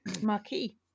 marquee